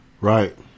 Right